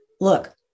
look